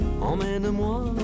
Emmène-moi